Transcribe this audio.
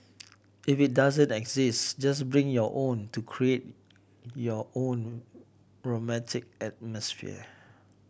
if it doesn't exist just bring your own to create your own romantic atmosphere